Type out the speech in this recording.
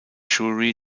jury